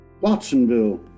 Watsonville